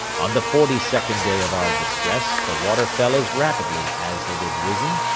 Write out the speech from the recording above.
on the forty-second day of our distress the water fell as rapidly as it had risen,